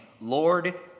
Lord